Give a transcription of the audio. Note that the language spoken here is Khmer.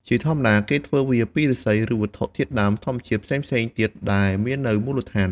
ជាធម្មតា គេធ្វើវាពីឫស្សី ឬវត្ថុធាតុដើមធម្មជាតិផ្សេងៗទៀតដែលមាននៅមូលដ្ឋាន។